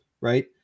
right